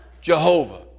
Jehovah